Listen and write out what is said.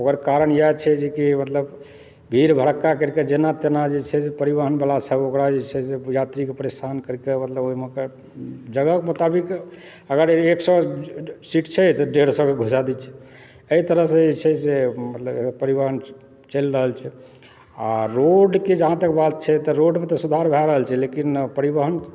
ओकर कारण इएह छै जेकि मतलब भीड़ भड़क्का करिकऽ जेना तेना जे छै से परिवहनवालासभ ओकरा जे छै से यात्रीके परेशान करिकऽ ओकरा जे छै से मतलब जगह मुताबिक अगर एक सए सीट छै तऽ डेढ़ सएके घुसा दैत छै एहि तरहसँ जे छै से मतलब परिवहन चलि रहल छै आ रोडके जहाँ तक बात छै तऽ रोडमे तऽ सुधार भए रहल छै लेकिन परिवहन